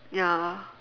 ya lah